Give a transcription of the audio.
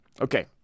Okay